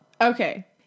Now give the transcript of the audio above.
okay